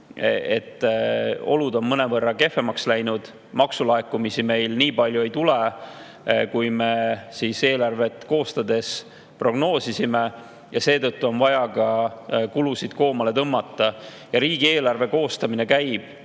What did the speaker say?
on olud mõnevõrra kehvemaks läinud. Maksulaekumisi meil nii palju ei tule, kui me eelarvet koostades prognoosisime, ja seetõttu on vaja kulusid koomale tõmmata. Riigieelarve koostamine käib